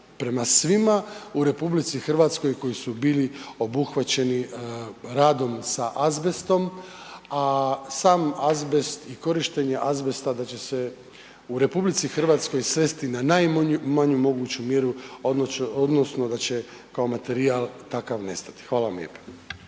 prema svima u RH i koji su bili obuhvaćeni radom sa azbestom, a sam azbest i korištenje azbesta da će se u RH svesti na najmanju moguću mjeru odnosno da će kao materijal takav nestati. Hvala lijepa.